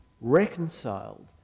reconciled